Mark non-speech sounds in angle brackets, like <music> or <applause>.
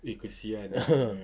<coughs>